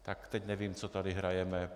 Tak teď nevím, co tady hrajeme.